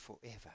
forever